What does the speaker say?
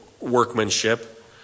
workmanship